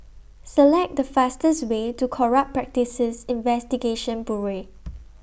Select The fastest Way to Corrupt Practices Investigation Bureau